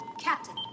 captain